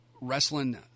Wrestling